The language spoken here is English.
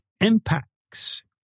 impacts